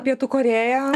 pietų korėja